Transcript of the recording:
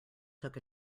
took